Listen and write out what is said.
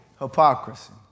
hypocrisy